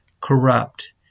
corrupt